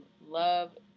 love